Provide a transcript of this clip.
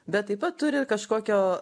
bet taip pat turi kažkokio